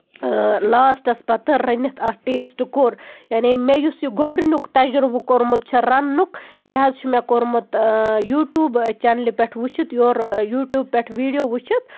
لاسٹَس پَتہٕ رٔنِتھ اَتھ ٹیسٹ کوٚر یعنی مےٚ یُس یہِ گۄڈٕنیُک تَجرُبہٕ کوٚرمُت چھُ رَننُک یہِ حظ چھُ مےٚ کوٚرمُت یوٗٹوٗب چینلہِ پٮ۪ٹھ وٕچھِتھ یور یوٗٹوٗب پٮ۪ٹھ ویٖڈیو وٕچھِتھ